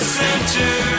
center